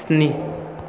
स्नि